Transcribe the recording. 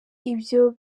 ibyo